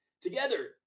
Together